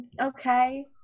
Okay